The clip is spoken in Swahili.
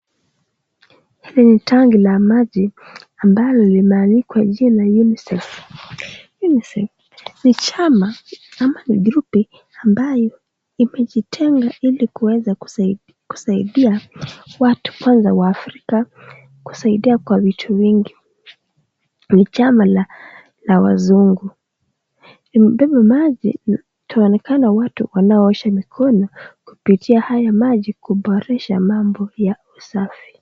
Hili ni tangi la maji ambalo limeandikwa jina UNICEF . UNICEF ni chama ama ni grupu ambayo imejitenga ili kuweza kusaidia watu kwanza Waafrika kusaidia kwa vitu vingi. Ni chama la Wazungu. Limebeba maji na tunaonekana watu wanaosha mikono kupitia haya maji kuboresha mambo ya usafi.